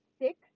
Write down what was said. Six